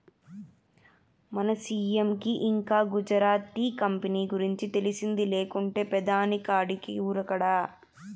మన సీ.ఎం కి ఇంకా గుజరాత్ టీ కంపెనీ గురించి తెలిసింది లేకుంటే పెదాని కాడికి ఉరకడా